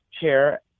chair